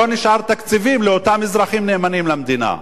לא נשארים תקציבים לאותם אזרחים נאמנים למדינה.